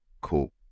cool